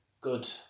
good